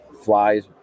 flies